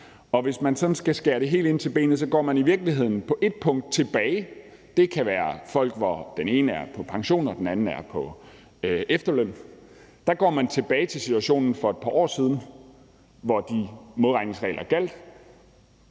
Og hvis man sådan skal skære det helt ind til benet, går man i virkeligheden på ét punkt tilbage. Det kan være folk, hvor den ene er på pension og den anden er på efterløn. Der går man tilbage til situationen fra for et par år siden, hvor de modregningsregler gjaldt.